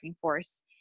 force